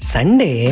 Sunday